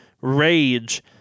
rage